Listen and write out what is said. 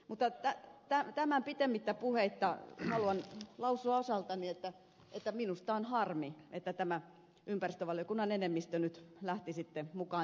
mutta tämän pitemmittä puheitta haluan lausua osaltani että minusta on harmi että ympäristövaliokunnan enemmistö nyt lähti sitten mukaan tähän